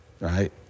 right